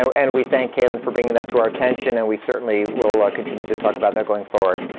so and we thank kaylin for bringing that to our attention, and we certainly will continue to talk about that, going forward.